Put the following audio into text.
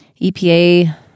EPA